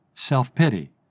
self-pity